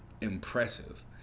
impressive